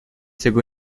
tego